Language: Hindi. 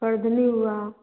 परधनी हुआ